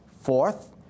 Fourth